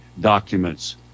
documents